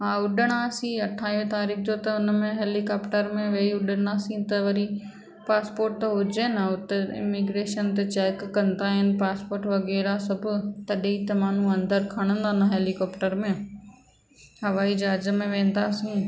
हा उणिहासी अठावीह तारीख़ त हुन में हैलीकॉप्टर में वेई उडंदासीं त वरी पासपोट त हुजे न उते इमिग्रेशन ते चैक कंदा आहिनि पासपोट वग़ैरह सभु तॾहिं त माण्हू अंदरि खणंदा न हैलीकॉप्टर में हवाई जहाज में वेंदासीं